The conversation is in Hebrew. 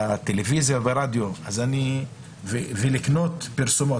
בטלוויזיה וברדיו ולקנות פרסומות.